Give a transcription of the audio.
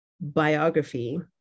biography